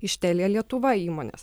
iš telia lietuva įmonės